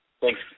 Thanks